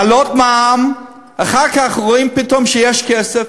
להעלות מע"מ, אחר כך רואים פתאום שיש כסף.